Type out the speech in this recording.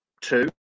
two